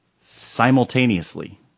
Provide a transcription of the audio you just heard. Simultaneously